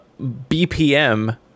BPM